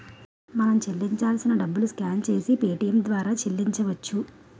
మనం చెల్లించాల్సిన డబ్బులు స్కాన్ చేసి పేటియం ద్వారా చెల్లించవచ్చు